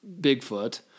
Bigfoot